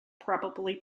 probably